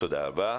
תודה רבה.